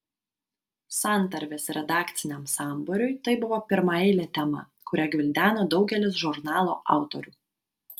santarvės redakciniam sambūriui tai buvo pirmaeilė tema kurią gvildeno daugelis žurnalo autorių